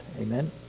Amen